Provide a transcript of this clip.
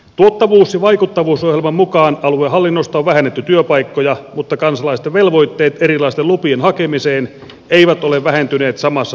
tuottavuus ja vaikuttavuusohjelman mukaan aluehallinnosta on vähennetty työpaikkoja mutta kansalaisten velvoitteet erilaisten lupien hakemiseen eivät ole vähentyneet samassa suhteessa